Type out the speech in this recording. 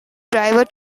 driver